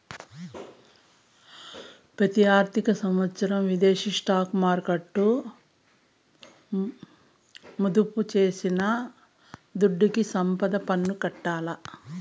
పెతి ఆర్థిక సంవత్సరం విదేశీ స్టాక్ మార్కెట్ల మదుపు చేసిన దుడ్డుకి సంపద పన్ను కట్టాల్ల